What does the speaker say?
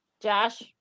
josh